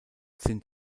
sind